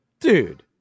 dude